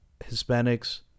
Hispanics